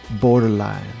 Borderline